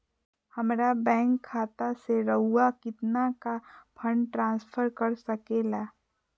हमरा बैंक खाता से रहुआ कितना का फंड ट्रांसफर कर सके ला?